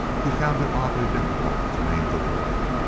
he found it oddly difficult to name the boy.